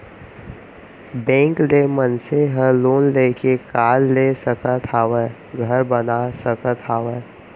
bank ले मनसे ह लोन लेके कार ले सकत हावय, घर बना सकत हावय